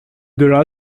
delà